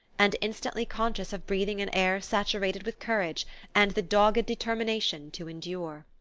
and instantly conscious of breathing an air saturated with courage and the dogged determination to endure.